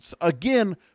again